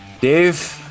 Dave